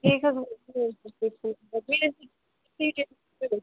ٹھیٖک حظ